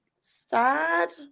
sad